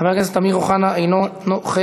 חבר הכנסת אמיר אוחנה, אינו נוכח.